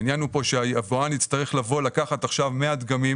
העניין כאן הוא שהיבואן יצטרך לקחת עכשיו מאה דגמים